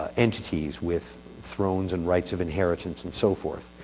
ah entities with thrones, and rights of inheritance, and so forth.